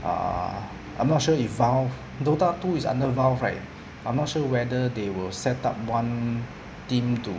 err I'm not sure if valve dota two is under valve right I'm not sure whether they will set up one team to